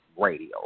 radio